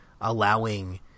allowing